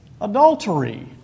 adultery